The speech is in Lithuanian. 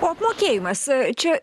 o apmokėjimas čia